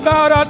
God